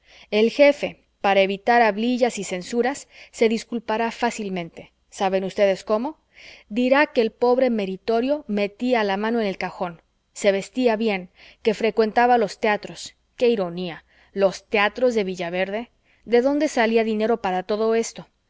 el jefe para evitar hablillas y censuras se disculpará fácilmente saben ustedes cómo dirá que el pobre meritorio metía la mano en el cajón que vestía bien que frecuentaba los teatros qué ironía los teatros de villaverde de dónde salía dinero para todo esto